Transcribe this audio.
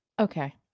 Okay